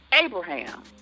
abraham